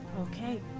Okay